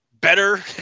better